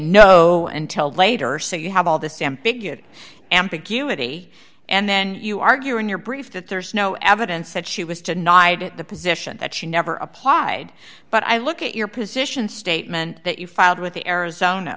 no until later so you have all this stamp to get ambiguity and then you argue in your brief that there's no evidence that she was tonight at the position that she never applied but i look at your position statement that you filed with the arizona